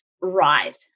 right